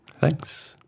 Thanks